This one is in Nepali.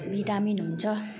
भिटामिन हुन्छ